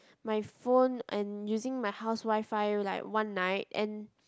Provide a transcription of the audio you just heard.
my phone and using my house Wi-Fi like one night and